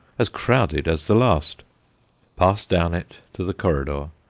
as crowded as the last pass down it to the corridor,